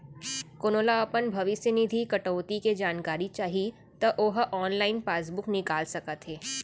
कोनो ल अपन भविस्य निधि कटउती के जानकारी चाही त ओ ह ऑनलाइन पासबूक निकाल सकत हे